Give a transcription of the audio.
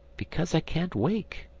because i can't wake.